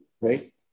right